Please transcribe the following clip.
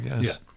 yes